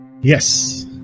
yes